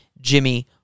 Jimmy